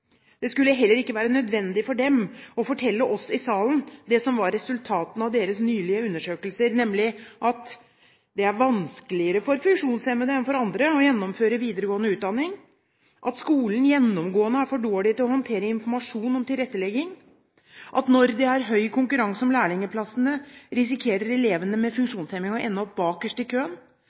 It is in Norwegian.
Det skulle heller ikke være nødvendig for dem å fortelle oss i salen det som var resultatet av deres nylige undersøkelser, nemlig at det er vanskeligere for funksjonshemmede enn for andre å gjennomføre videregående utdanning skolen er gjennomgående for dårlig til å håndtere informasjon om tilrettelegging når det er høy konkurransene om lærlingplassene, risikerer elevene med funksjonshemming å ende opp bakerst i køen